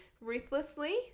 ruthlessly